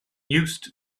used